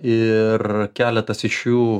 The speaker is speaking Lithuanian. ir keletas iš jų